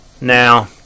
now